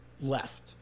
left